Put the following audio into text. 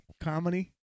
comedy